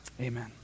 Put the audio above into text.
Amen